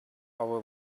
over